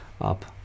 up